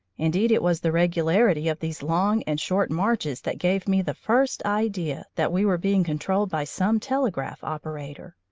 indeed, it was the regularity of these long and short marches that gave me the first idea that we were being controlled by some telegraph operator.